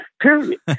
period